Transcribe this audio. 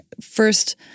first